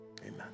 Amen